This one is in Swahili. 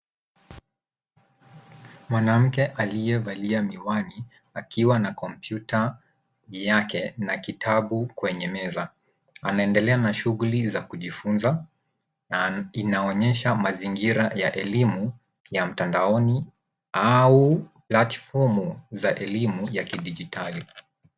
Mwanamke aliyevalia miwani akiwa na kompyuta yake na kitabu kwenye meza. Anaendelea na shughuli za kujifunza na inaonyesha mazingira ya elimu ya mtandaoni au platifomu za elimu ya kidijitali.